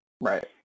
Right